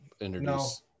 introduce